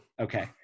Okay